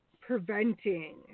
preventing